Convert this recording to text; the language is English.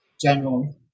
general